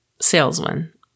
salesman